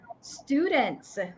students